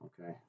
okay